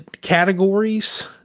categories